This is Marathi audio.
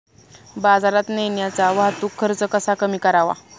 बाजारात नेण्याचा वाहतूक खर्च कसा कमी करावा?